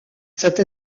cette